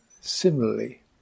similarly